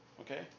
okay